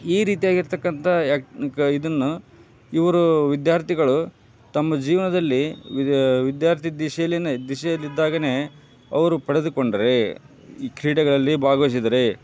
ಈ ರೀತಿಯಾಗಿರ್ತಕ್ಕಂಥ ಆ್ಯಕ್ ಕ ಇದನ್ನು ಇವರು ವಿದ್ಯಾರ್ಥಿಗಳು ತಮ್ಮ ಜೀವನದಲ್ಲಿ ವಿದ್ ವಿದ್ಯಾರ್ಥಿ ದೆಸೆಯಲ್ಲಿನೆ ದೆಸೆಯಲ್ಲಿದ್ದಾಗನೇ ಅವರು ಪಡೆದುಕೊಂಡರೆ ಈ ಕ್ರೀಡೆಗಳಲ್ಲಿ ಭಾಗವಯಿಸಿದ್ದರೆ